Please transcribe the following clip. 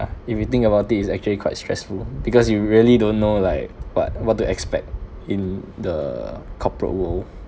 if you think about it it's actually quite stressful because you really don't know like what what to expect in the corporate world